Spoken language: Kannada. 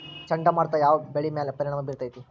ಚಂಡಮಾರುತ ಯಾವ್ ಬೆಳಿ ಮ್ಯಾಲ್ ಪರಿಣಾಮ ಬಿರತೇತಿ?